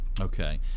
Okay